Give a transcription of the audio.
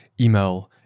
email